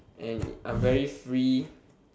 and I'm very free